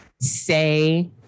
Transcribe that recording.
say